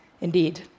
indeed